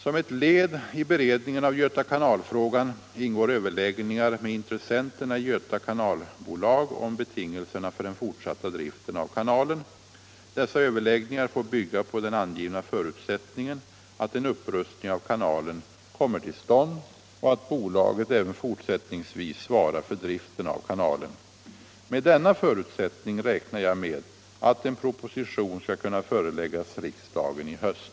Som ett led i beredningen av Göta kanalfrågan ingår överläggningar med intressenterna i Göta Kanalbolag om betingelserna för den fortsatta driften av kanalen. Dessa överläggningar får bygga på den angivna förutsättningen att en upprustning av kanalen kommer till stånd och att bolaget även fortsättningsvis svarar för driften av kanalen. Med denna förutsättning räknar jag med att en proposition skall kunna föreläggas riksdagen i höst.